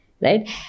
Right